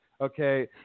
okay